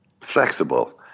flexible